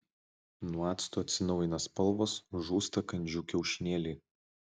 nuo acto atsinaujina spalvos žūsta kandžių kiaušinėliai